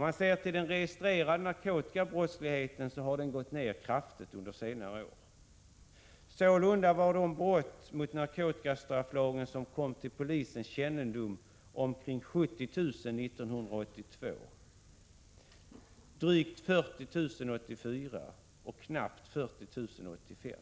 Ser man till den registrerade narkotikabrottsligheten, finner man att den har gått ned kraftigt under senare år. Sålunda var de brott mot narkotikastrafflagen som kom till polisens kännedom omkring 70 000 år 1982, drygt 40 000 år 1984 och knappt 40 000 år 1985.